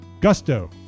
Gusto